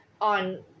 on